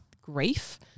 grief